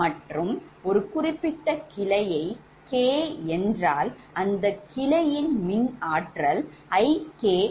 மற்றும் ஒரு குறிப்பிட்ட கிளையை 𝐾 என்றால் அந்த கிளையின் மின் ஆற்றல் IK ஆகும்